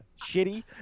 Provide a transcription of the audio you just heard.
shitty